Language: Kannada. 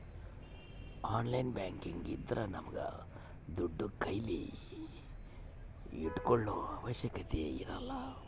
ಆನ್ಲೈನ್ ಬ್ಯಾಂಕಿಂಗ್ ಇದ್ರ ನಮ್ಗೆ ದುಡ್ಡು ಕೈಲಿ ಇಟ್ಕೊಳೋ ಅವಶ್ಯಕತೆ ಇರಲ್ಲ